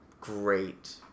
great